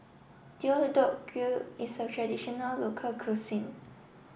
Deodeok Gui is a traditional local cuisine